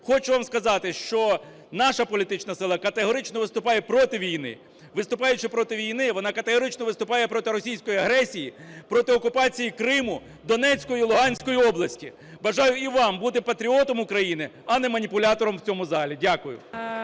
Хочу вам сказати, що наша політична сила категорично виступає проти війни. Виступаючи проти війни, вона категорично виступає проти російської агресії, проти окупації Криму, Донецької і Луганської області. Бажаю і вам бути патріотом України, а не маніпулятором в цьому залі. Дякую.